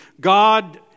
God